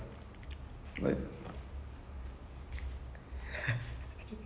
I never knew she could act before that like that's the only movie that she like acted acted in